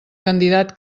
candidat